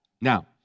Now